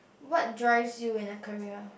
what drives you in a career